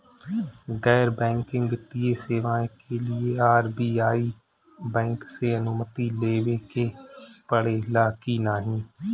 गैर बैंकिंग वित्तीय सेवाएं के लिए आर.बी.आई बैंक से अनुमती लेवे के पड़े ला की नाहीं?